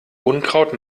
unkraut